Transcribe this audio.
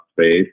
space